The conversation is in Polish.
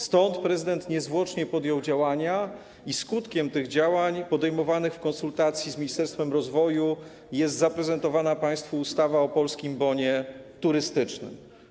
Stąd prezydent niezwłocznie podjął działania i skutkiem tych działań, podejmowanych w konsultacji z Ministerstwem Rozwoju, jest zaprezentowana państwu ustawa o Polskim Bonie Turystycznym.